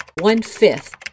one-fifth